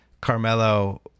Carmelo